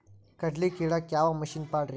ಕಡ್ಲಿ ಕೇಳಾಕ ಯಾವ ಮಿಷನ್ ಪಾಡ್ರಿ?